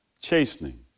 chastening